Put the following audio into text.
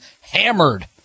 hammered